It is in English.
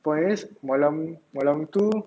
malam malam tu